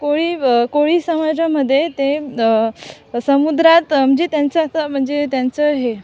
कोळी कोळी समाजामध्ये ते द समुद्रात म्हणजे त्यांचा असा म्हणजे त्यांचं हे